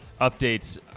updates